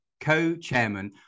co-chairman